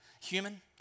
human